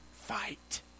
fight